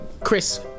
Chris